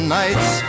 nights